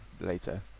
later